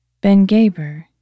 Ben-Gaber